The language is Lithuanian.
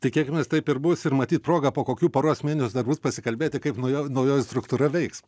tikėkimės taip ir bus ir matyt proga po kokių poros mėnesių dar bus pasikalbėti kaip naujo naujoji struktūra veiks